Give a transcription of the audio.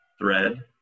thread